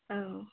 औ